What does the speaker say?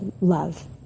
love